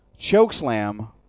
chokeslam